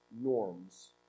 norms